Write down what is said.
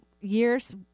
year's